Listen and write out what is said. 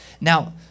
Now